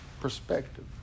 perspective